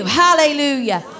hallelujah